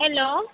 hello